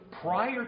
prior